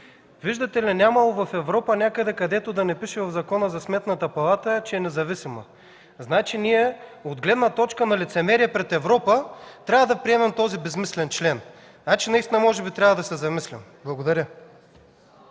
виждате ли, нямало в Европа някъде, където да не пише в Закона за Сметната палата, че е независима. Значи ние, от гледна точка на лицемерие пред Европа, трябва да приемем този безсмислен член. Наистина трябва да се замислим! Благодаря.